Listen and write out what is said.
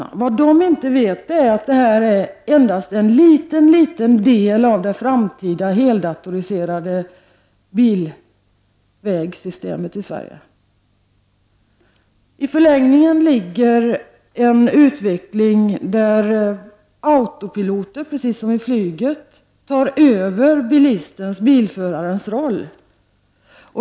Vad dessa personer inte vet är att detta endast är en liten del av det framtida heldatoriserade bilvägssystemet i Sverige. I förlängningen ligger en utveckling där autopiloter, precis som i flyget, tar över bilförarens roll.